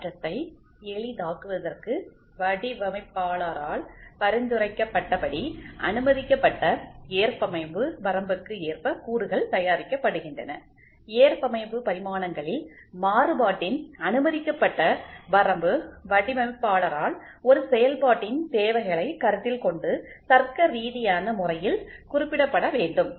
பரிமாற்றத்தை எளிதாக்குவதற்கு வடிவமைப்பாளரால் பரிந்துரைக்கப்பட்டபடி அனுமதிக்கப்பட்ட ஏற்பமைவு வரம்புக்கு ஏற்ப கூறுகள் தயாரிக்கப்படுகின்றன ஏற்பமைவு பரிமாணங்களில் மாறுபாட்டின் அனுமதிக்கப்பட்ட வரம்பு வடிவமைப்பாளரால் ஒரு செயல்பாட்டின் தேவைகளை கருத்தில் கொண்டு தர்க்கரீதியான முறையில் குறிப்பிடப்பட வேண்டும்